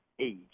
age